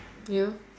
you